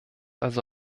also